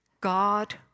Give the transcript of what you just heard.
God